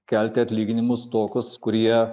kelti atlyginimus tokius kurie